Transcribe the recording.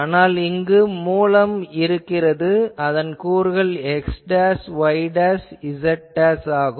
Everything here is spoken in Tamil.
ஆனால் மூலம் இங்கு இருக்கிறது அதன் கூறுகள் xyz ஆகும்